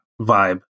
vibe